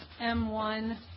M1